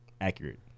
Accurate